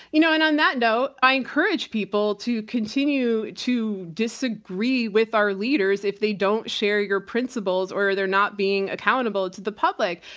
you know and on that note, i encourage people to continue to disagree with our leaders if they don't share your principles or they're not being accountable to the public.